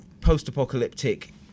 post-apocalyptic